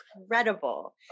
incredible